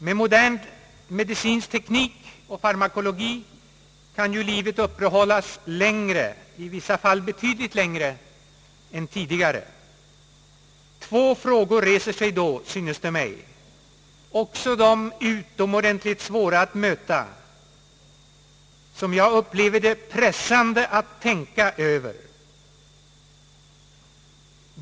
Med modern medicinsk teknik och farmakologi kan ju livet upprätthållas längre, i vissa fall betydligt längre, än tidigare. Två frågor reser sig då, också de utomordentligt svåra att möta och — som jag upplever det — pressande att tänka över.